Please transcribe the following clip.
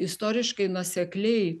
istoriškai nuosekliai